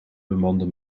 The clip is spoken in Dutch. bemande